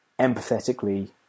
empathetically